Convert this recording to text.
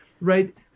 right